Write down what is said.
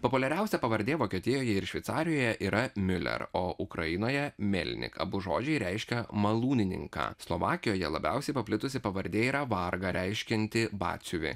populiariausia pavardė vokietijoje ir šveicarijoje yra miuler o ukrainoje mėlnik abu žodžiai reiškia malūnininką slovakijoje labiausiai paplitusi pavardė yra vargar reiškianti batsiuvį